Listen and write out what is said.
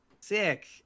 sick